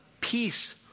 peace